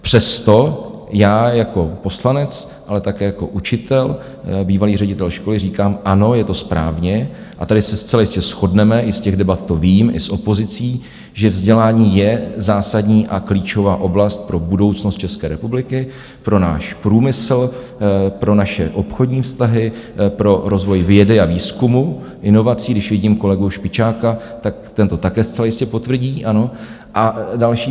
Přesto já jako poslanec, ale také jako učitel, bývalý ředitel školy, říkám: Ano, je to správně, a tady se zcela jistě shodneme i z těch debat, to vím, i s opozicí, že vzdělání je zásadní a klíčová oblast pro budoucnost České republiky, pro náš průmysl, pro naše obchodní vztahy, pro rozvoj vědy a výzkumu, inovací když vidím kolegu Špičáka, tak ten to také zcela jistě potvrdí, ano a další.